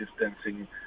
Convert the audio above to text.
distancing